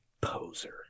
poser